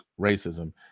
racism